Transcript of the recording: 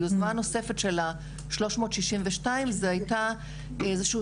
היוזמה הנוספת של ה-362 זה היה איזשהו